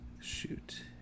shoot